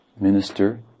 minister